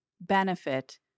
benefit